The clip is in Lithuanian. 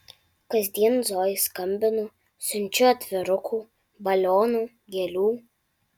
kasdien zojai skambinu siunčiu atvirukų balionų gėlių